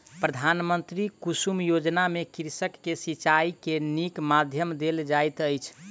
प्रधानमंत्री कुसुम योजना में कृषक के सिचाई के नीक माध्यम देल जाइत अछि